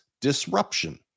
disruption